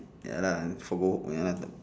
ya lah for ya lah